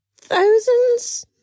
Thousands